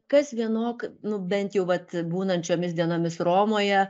kas vienok nu bent jau vat būnant šiomis dienomis romoje